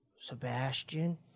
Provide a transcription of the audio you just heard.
Sebastian